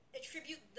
attribute